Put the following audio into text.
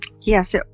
Yes